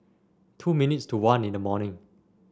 two minutes to one in the morning